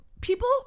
people